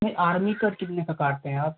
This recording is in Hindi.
नहीं आर्मी कट कितने का काटते हैं आप